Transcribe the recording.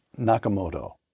Nakamoto